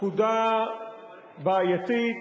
פקודה בעייתית,